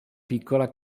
piccola